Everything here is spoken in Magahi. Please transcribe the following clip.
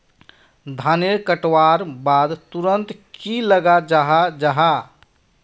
धानेर कटवार बाद तुरंत की लगा जाहा जाहा?